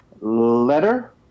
letter